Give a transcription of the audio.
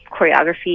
choreography